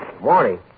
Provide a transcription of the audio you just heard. Morning